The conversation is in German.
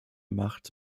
macht